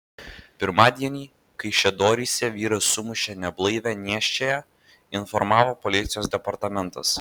pirmadienį kaišiadoryse vyras sumušė neblaivią nėščiąją informavo policijos departamentas